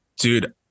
Dude